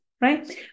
right